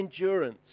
endurance